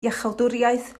iachawdwriaeth